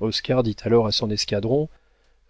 mort oscar dit alors à son escadron